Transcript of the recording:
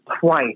twice